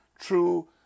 true